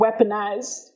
weaponized